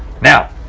Now